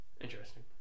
interesting